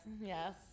Yes